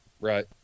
Right